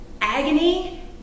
agony